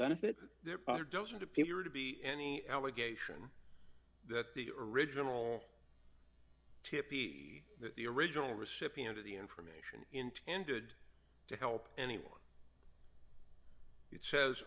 benefit there doesn't appear to be any allegation that the original tippi that the original recipient of the information intended to help anyone it says